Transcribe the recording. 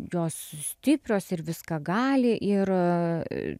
jos stiprios ir viską gali ir